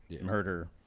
murder